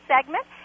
segment